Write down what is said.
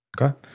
okay